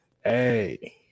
Hey